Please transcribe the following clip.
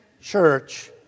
church